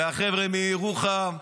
והחבר'ה מירוחם,